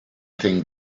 think